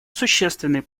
существенный